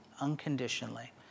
unconditionally